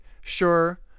sure